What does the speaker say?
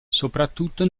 soprattutto